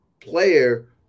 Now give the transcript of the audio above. player